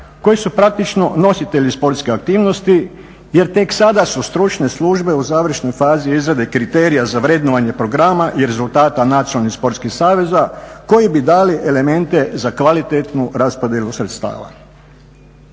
koji su praktički nositelji sportskih aktivnosti jer tek sada su stručne službe u završnoj fazi izrade kriterija za vrednovanje programa i rezultata nacionalnih sportskih saveza koji bi dali elemente za kvalitetnu raspodjelu sredstava.